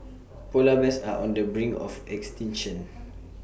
Polar Bears are on the brink of extinction